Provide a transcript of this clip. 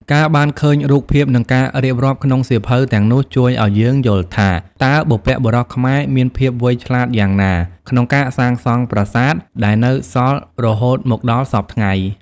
ការបានឃើញរូបភាព និងការរៀបរាប់ក្នុងសៀវភៅទាំងនោះជួយឲ្យយើងយល់ថា តើបុព្វបុរសខ្មែរមានភាពវៃឆ្លាតយ៉ាងណាក្នុងការសាងសង់ប្រាសាទដែលនៅសល់រហូតមកដល់សព្វថ្ងៃ។